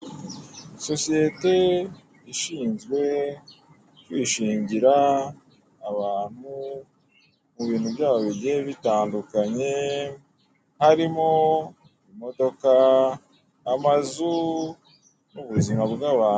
Sosiyete ishinzwe kwishingira abantu mu bintu byabo bigiye bitandukanye harimo imodoka, amazu, n'ubuzima bw'abantu.